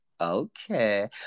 Okay